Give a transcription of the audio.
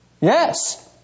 Yes